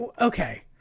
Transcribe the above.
okay